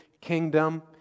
kingdom